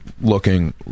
looking